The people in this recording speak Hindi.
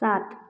सात